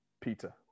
Peter